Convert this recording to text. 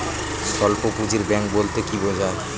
স্বল্প পুঁজির ব্যাঙ্ক বলতে কি বোঝায়?